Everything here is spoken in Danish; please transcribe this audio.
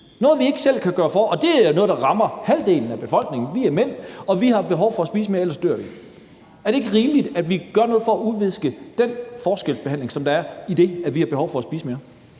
som vi ikke selv kan gøre for? Og det er jo noget, der rammer halvdelen af befolkningen, vi er mænd, og vi har et behov for at spise mere, ellers dør vi. Er det ikke rimeligt, at vi gør noget for at udviske den forskelsbehandling, der er i det, at vi har behov for at spise mere?